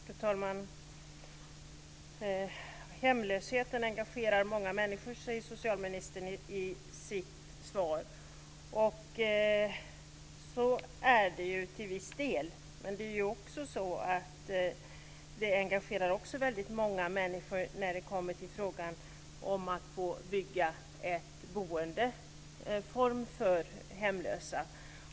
Fru talman! Hemlösheten engagerar många människor, säger socialministern i sitt svar. Och så är det ju till viss del, men det är också så att hemlösheten engagerar många människor när det kommer till frågan om att få bygga en boendeform för hemlösa.